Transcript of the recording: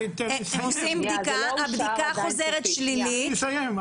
עושים בדיקה, הבדיקה חוזרת שלילית.